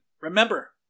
remember